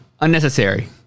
unnecessary